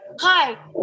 hi